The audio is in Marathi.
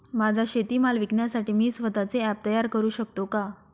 माझा शेतीमाल विकण्यासाठी मी स्वत:चे ॲप तयार करु शकतो का?